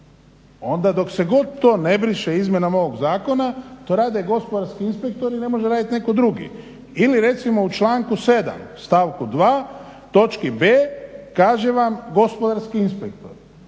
onda dok se god to ne briše izmjenama ovog zakona to rade gospodarski inspektori i ne može raditi netko drugi. Ili recimo u članku 7. stavku 2. točki b. kaže vam gospodarski inspektor.